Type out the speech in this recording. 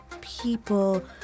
people